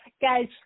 Guys